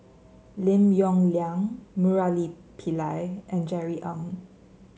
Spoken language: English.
Lim Yong Liang Murali Pillai and Jerry Ng